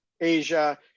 Asia